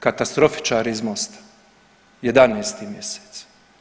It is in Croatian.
Katastrofičari iz MOST-a 11. mjesec.